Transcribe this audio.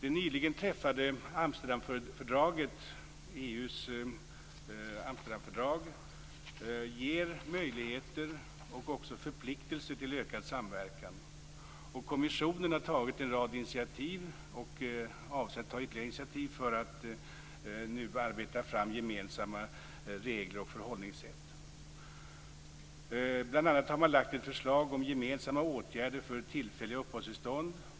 EU:s nyligen slutna Amsterdamfördrag ger möjligheter och också förpliktelser vad gäller ökad samverkan. Kommissionen har tagit en rad initiativ och avser ta ytterligare initiativ för att arbeta fram gemensamma regler och förhållningssätt. Man har bl.a. lagt fram ett förslag om gemensamma åtgärder vid tillfälliga uppehållstillstånd.